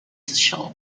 shaw